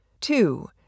Two